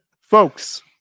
Folks